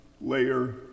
layer